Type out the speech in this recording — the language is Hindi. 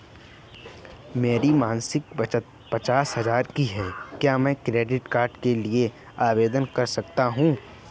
मेरी मासिक बचत पचास हजार की है क्या मैं क्रेडिट कार्ड के लिए आवेदन कर सकता हूँ?